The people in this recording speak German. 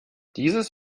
dieses